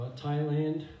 Thailand